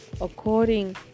according